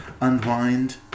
unwind